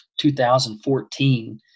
2014